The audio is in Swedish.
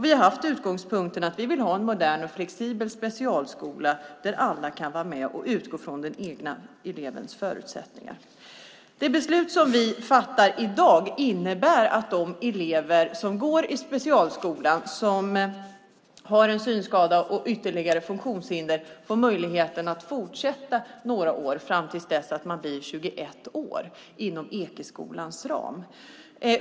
Vi har haft utgångspunkten att vi vill ha en modern och flexibel specialskola där alla kan vara med och utgå från den enskilde elevens förutsättningar. Det beslut som vi fattar i dag innebär att de elever som går i specialskola, som har en synskada och ytterligare funktionshinder, får möjlighet att fortsätta några år fram till dess att de blir 21 år inom Ekeskolans ram.